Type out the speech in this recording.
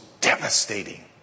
devastating